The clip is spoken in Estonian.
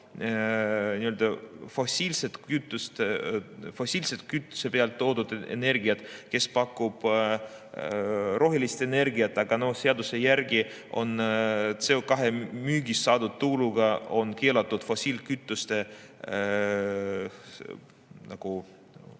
fossiilse kütuse abil toodetud energiat, kes pakub rohelist energiat. Aga seaduse järgi on CO2müügist saadud tuluga keelatud fossiilkütuste